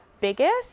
biggest